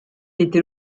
était